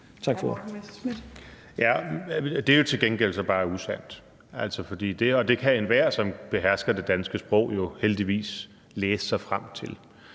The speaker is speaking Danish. (DF): Det er så til gengæld bare usandt, for der er – og det kan enhver, som behersker det danske sprog, jo heldigvis læse sig frem til